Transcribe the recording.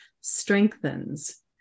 strengthens